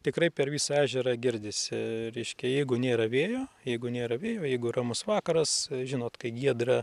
tikrai per visą ežerą girdisi reiškia jeigu nėra vėjo jeigu nėra vėjo jeigu ramus vakaras žinot kai giedra